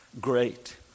great